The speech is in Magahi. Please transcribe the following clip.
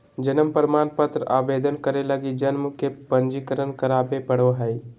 जन्म प्रमाण पत्र आवेदन करे लगी जन्म के पंजीकरण करावे पड़ो हइ